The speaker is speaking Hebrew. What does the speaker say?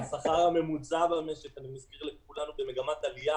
והשכר הממוצע במשק אני מזכיר לכולנו במגמת עלייה,